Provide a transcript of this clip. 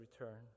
return